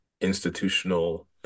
institutional